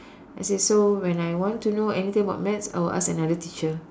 I say so when I want to know anything about maths I will ask another teacher